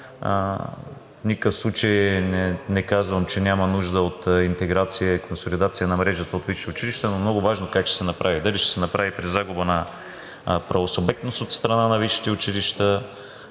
В никакъв случай не казвам, че няма нужда от интеграция и консолидация на мрежата от висши училища, но много важно е как ще се направи. Дали ще се направи през загуба на правосубектност от страна на висшите училища,